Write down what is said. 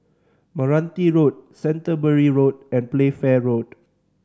Meranti Road Canterbury Road and Playfair Road